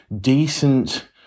decent